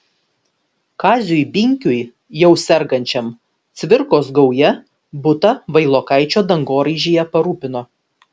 kaziui binkiui jau sergančiam cvirkos gauja butą vailokaičio dangoraižyje parūpino